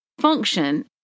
function